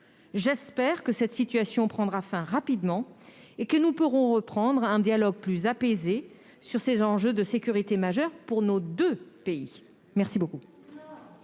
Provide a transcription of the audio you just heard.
j'espère que cette situation prendra fin rapidement et que nous pourrons reprendre un dialogue plus apaisé sur ces enjeux de sécurité majeurs pour nos deux pays. La parole